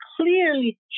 clearly